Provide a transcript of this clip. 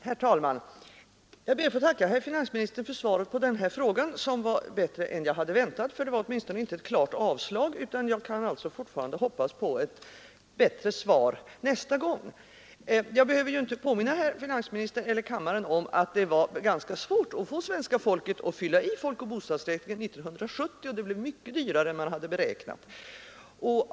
Herr talman! Jag ber att få tacka herr finansministern för svaret på frågan. Svaret var bättre än jag hade väntat, för det var åtminstone inte ett klart avslag. Jag kan alltså fortfarande hoppas på ett bättre svar nästa gång. Jag behöver ju inte påminna herr finansministern eller kammaren om att det var ganska svårt att få svenska folket att fylla i blanketterna för folkoch bostadsräkningen 1970 och att det blev mycket dyrare än man hade beräknat.